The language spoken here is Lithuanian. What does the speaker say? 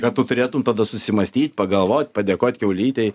kad tu turėtum tada susimąstyt pagalvot padėkot kiaulytei